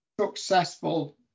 successful